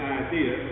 idea